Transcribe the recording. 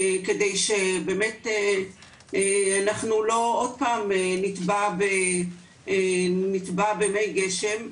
כדי שבאמת אנחנו לא עוד פעם נטבע במי גשם.